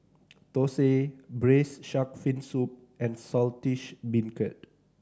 thosai Braised Shark Fin Soup and Saltish Beancurd